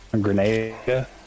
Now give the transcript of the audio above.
Grenada